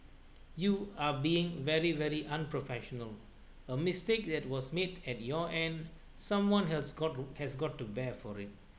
you are being very very unprofessional a mistake that was made at your end someone has got who has got to bear for it